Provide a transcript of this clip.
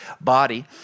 body